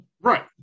Right